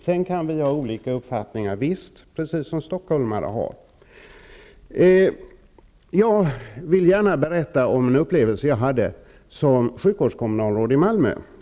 Sedan kan vi naturligtvis också ha olika uppfattningar -- precis som stockholmare. Jag vill gärna berätta om en upplevelse som jag hade som sjukvårdskommunalråd i Malmö.